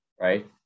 right